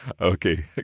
Okay